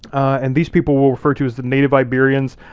and these people we'll refer to as the native iberians.